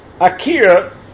Akira